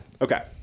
Okay